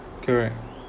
correct